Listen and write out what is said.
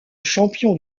champion